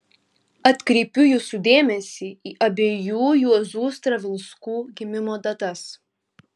atkreipiu jūsų dėmesį į abiejų juozų stravinskų gimimo datas